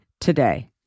today